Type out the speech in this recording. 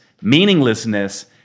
meaninglessness